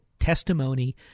testimony